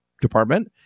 department